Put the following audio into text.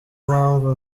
mpamvu